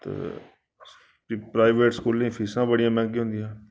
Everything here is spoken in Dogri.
ते भी प्राईवेट स्कूलें फीसां बड़ियां मैंह्गियां होंदियां